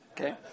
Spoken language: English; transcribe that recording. Okay